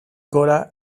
gora